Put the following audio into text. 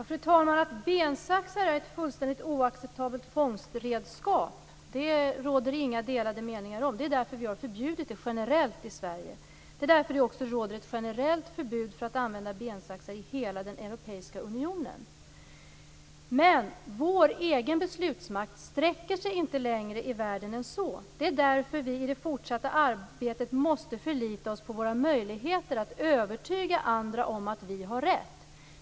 Fru talman! Att bensaxar är ett fullständigt oacceptabelt fångsredskap råder det inga delade meningar om. Det är ju därför som vi har ett generellt förbud i Sverige. Det är också därför som det i hela Europeiska unionen råder ett generellt förbud mot användning av bensaxar. Vår egen beslutsmakt sträcker sig dock inte längre här i världen än så. Det är därför som vi i det fortsatta arbetet måste förlita oss på våra möjligheter att övertyga andra om att vi har rätt.